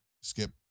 Skip